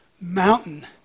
mountain